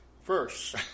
first